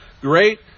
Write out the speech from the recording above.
great